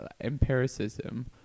empiricism